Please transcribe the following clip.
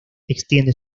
extiende